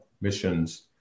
missions